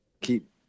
keep